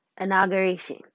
inauguration